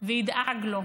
וידאג לו.